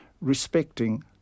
respecting